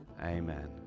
Amen